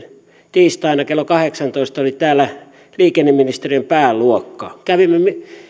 tiistaina kello kahdeksantoista oli täällä liikenneministeriön pääluokka kävimme